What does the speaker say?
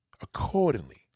accordingly